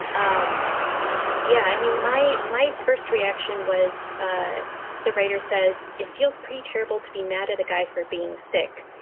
um yeah. i mean, my my first reaction was ah the writer says it feels pretty terrible to be mad at a guy for being sick,